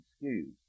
excuse